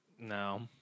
No